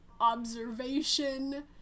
observation